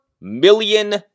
million